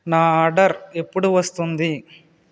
నా ఆర్డర్ ఎప్పుడు వస్తుంది